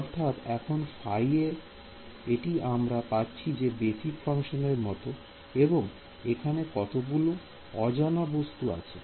অর্থাৎ এখন ϕ এটি আমরা পাচ্ছি এই বেসিক ফাংশানের এবং এখানে কতগুলো অজানা বস্তু আছে